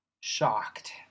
shocked